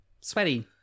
sweaty